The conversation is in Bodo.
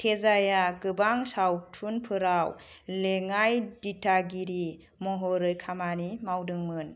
तेजाया गोबां सावथुनफोराव लेङाय दिथागिरि महरै खामानि मावदोंमोन